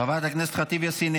חברת הכנסת ח'טיב יאסין,